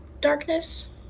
darkness